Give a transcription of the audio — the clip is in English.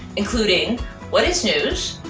including what is news,